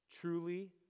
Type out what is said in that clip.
truly